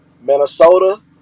Minnesota